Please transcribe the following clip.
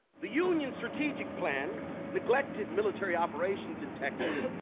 the union strategic plan neglected military operations in texas